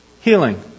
Healing